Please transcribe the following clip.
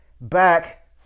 Back